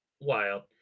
Wild